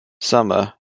summer